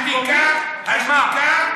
השתיקה היא הפתרון.